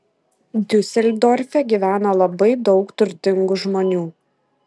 diuseldorfe gyvena labai daug turtingų žmonių